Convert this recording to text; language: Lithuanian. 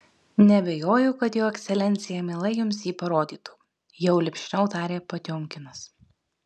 neabejoju kad jo ekscelencija mielai jums jį parodytų jau lipšniau tarė potiomkinas